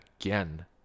again